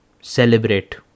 celebrate